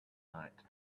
night